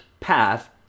Path